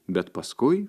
bet paskui